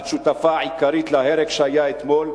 את שותפה עיקרית להרג שהיה אתמול.